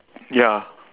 ya